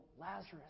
Lazarus